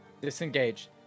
Disengage